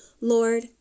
lord